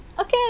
okay